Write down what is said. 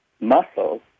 muscles